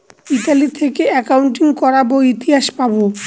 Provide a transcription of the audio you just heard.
Italy থেকে accounting করাবো ইতিহাস পাবো